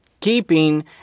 Keeping